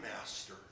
master